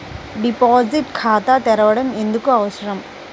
Deposit ఖాతా తెరవడం ఎందుకు అవసరం?